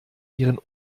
ihren